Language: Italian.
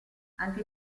anche